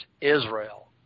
Israel